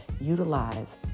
Utilize